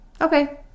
Okay